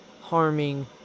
harming